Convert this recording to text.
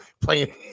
playing